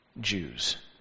Jews